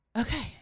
okay